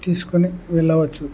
తీసుకొని వెళ్ళవచ్చు